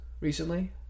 recently